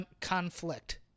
conflict